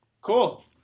Cool